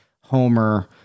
Homer